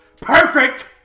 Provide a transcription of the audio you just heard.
Perfect